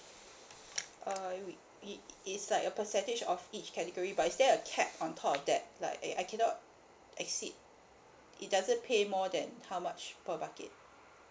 uh it would it it's like a percentage of each category but is there a cap on top of that like I I cannot exceed it doesn't pay more then how much per bucket